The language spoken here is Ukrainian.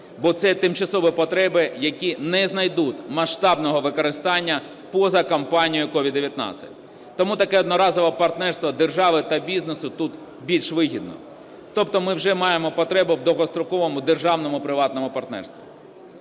бо це тимчасові потреби, які не знайдуть масштабного використання поза кампанією COVID-19. Тому таке одноразове партнерство держави та бізнесу тут більш вигідно. Тобто ми вже маємо потребу в довгостроковому державному приватному партнерстві.